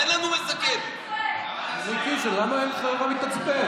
אין לנו, חבר הכנסת קיש, למה אתה מתעצבן?